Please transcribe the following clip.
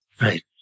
right